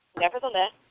Nevertheless